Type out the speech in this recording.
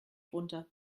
runter